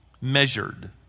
measured